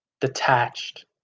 Detached